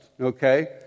Okay